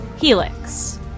Helix